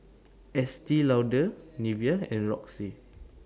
Estee Lauder Nivea and Roxy